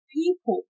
people